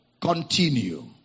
continue